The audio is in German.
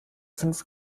fünf